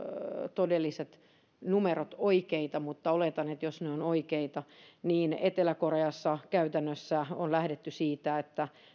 todelliset numerot oikeita mutta jos ne ovat oikeita niin etelä koreassa käytännössä on lähdetty siitä että